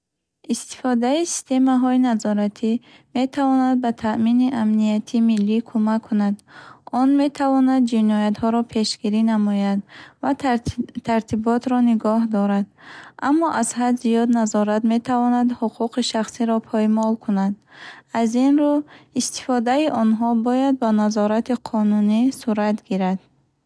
Истифодаи системаҳои назоратӣ метавонад ба таъмини амнияти миллӣ кумак кунад. Он метавонад ҷиноятҳоро пешгирӣ намояд ва тарти тартиботро нигоҳ дорад. Аммо аз ҳад зиёд назорат метавонад ҳуқуқи шахсиро поймол кунад. Аз ин рӯ, истифодаи онҳо бояд бо назорати қонунӣ сурат гирад.